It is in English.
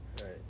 Right